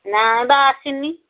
ନାଁ ବା ଆସିନି